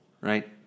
right